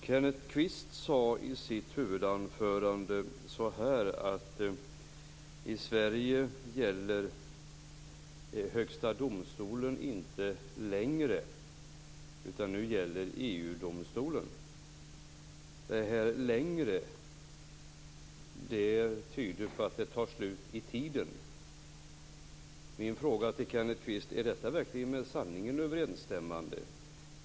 Fru talman! I sitt huvudanförande sade Kenneth Kvist att Högsta domstolen inte längre gäller i Sverige, utan att det är EU-domstolen som gäller. Ordet längre tyder på att något tar slut i tiden. Min fråga till Kenneth Kvist är om det verkligen är med sanningen överensstämmande.